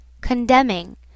Condemning